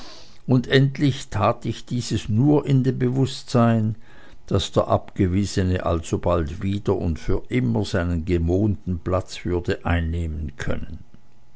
und endlich tat ich dieses nur in dem bewußtsein daß der abgewiesene alsobald wieder und für immer seinen gewohnten platz einnehmen könne